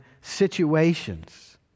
situations